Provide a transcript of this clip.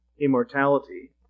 immortality